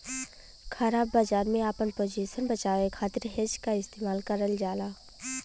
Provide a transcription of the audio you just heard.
ख़राब बाजार में आपन पोजीशन बचावे खातिर हेज क इस्तेमाल करल जाला